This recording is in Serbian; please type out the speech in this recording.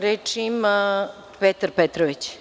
Reč ima Petar Petrović.